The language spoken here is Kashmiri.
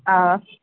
آ